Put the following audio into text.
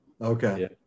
Okay